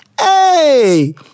Hey